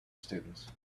students